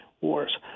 Wars